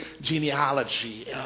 genealogy